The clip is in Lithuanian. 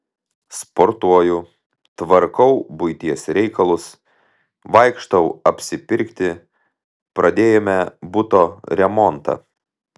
sportuoju tvarkau buities reikalus vaikštau apsipirkti pradėjome buto remontą